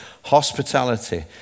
hospitality